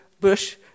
bush